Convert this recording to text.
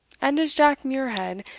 and as jack muirhead,